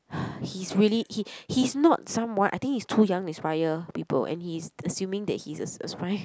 he's really he he's not someone I think he's too young to inspire people and he's assuming that he's as~ aspiring